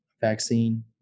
vaccine